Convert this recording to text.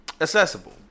accessible